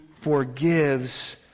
forgives